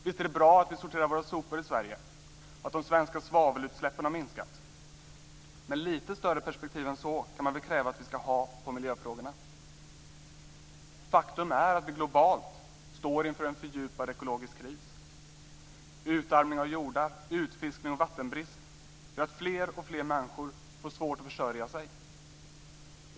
Visst är det bra att vi sorterar våra sopor i Sverige och att de svenska svavelutsläppen har minskat, men lite större perspektiv än så kan man väl kräva att vi ska ha på miljöfrågorna. Faktum är att vi globalt står inför en fördjupad ekologisk kris. Utarmning av jordar, utfiskning och vattenbrist gör att fler och fler människor får svårt att försörja sig.